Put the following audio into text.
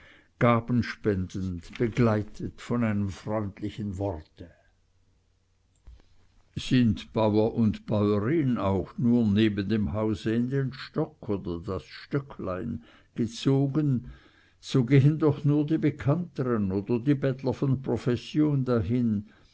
gaben spendend begleitet von einem freundlichen worte sind bauer und bäurin auch nur neben dem hause in den stock oder das stöcklein gezogen so gehen doch nur die bekanntern oder die bettler von profession dahin